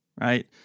right